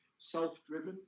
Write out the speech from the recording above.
self-driven